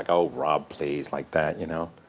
like oh, rob, please. like that. you know?